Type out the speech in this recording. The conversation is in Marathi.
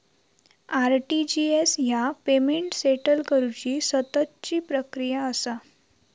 आर.टी.जी.एस ह्या पेमेंट सेटल करुची सततची प्रक्रिया असा